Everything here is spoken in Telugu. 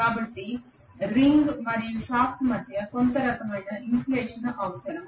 కాబట్టి రింగ్ మరియు షాఫ్ట్ మధ్య నాకు కొంత రకమైన ఇన్సులేషన్ అవసరం